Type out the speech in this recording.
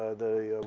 ah the